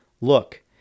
Look